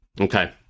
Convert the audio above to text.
Okay